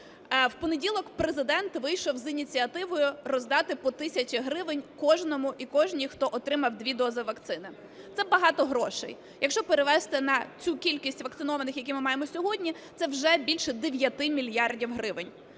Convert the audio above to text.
В понеділок Президент вийшов з ініціативою роздати по тисячі гривень кожному і кожній, хто отримав дві дози вакцини. Це багато грошей. Якщо перевести на цю кількість вакцинованих, яку ми маємо сьогодні, це вже більше 9 мільярдів гривень.